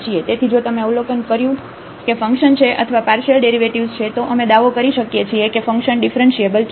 તેથી જો તમે અવલોકન કર્યું કે ફંક્શન છે અથવા પાર્શિયલ ડેરિવેટિવ્ઝ છે તો અમે દાવો કરી શકીએ છીએ કે ફંક્શન ડિફરન્ટિબલ છે